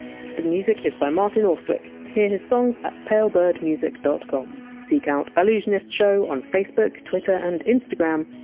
the music is by martin austwick hear his songs at palebirdmusic dot com seek out allusionistshow on facebook, twitter and instagram.